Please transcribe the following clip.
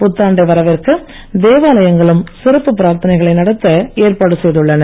புத்தாண்டை வரவேற்க தேவாலயங்களும் சிறப்பு பிரார்த்தனைகளை நடத்த ஏற்பாடுகள் செய்துள்ளன